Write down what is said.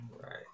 Right